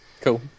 cool